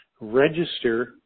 register